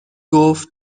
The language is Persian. گفت